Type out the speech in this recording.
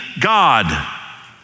God